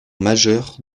majeures